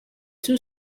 two